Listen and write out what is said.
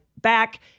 back